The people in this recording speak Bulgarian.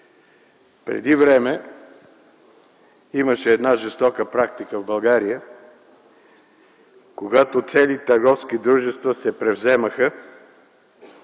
Преди време имаше една жестока практика в България, когато цели търговски дружества се превземаха